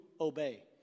obey